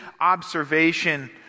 observation